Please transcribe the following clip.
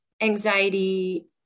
Anxiety